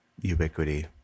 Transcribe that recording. ubiquity